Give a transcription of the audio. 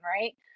right